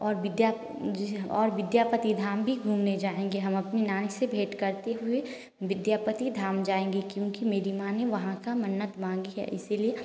और विद्या और विद्यापति धाम भी घूमने जाएँगे हम अपने नानी से भेंट करते हुए विद्यापति धाम जाएंगे क्योंकि मेरी नानी वहाँ का मन्नत मानी है इसलिए